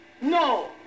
No